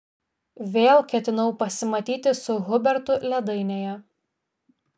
vėl ketinau pasimatyti su hubertu ledainėje